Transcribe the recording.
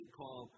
call